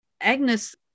Agnes